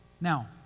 now